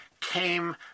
came